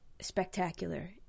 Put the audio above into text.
spectacular